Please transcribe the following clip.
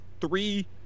Three